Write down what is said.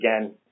again